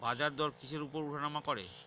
বাজারদর কিসের উপর উঠানামা করে?